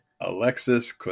Alexis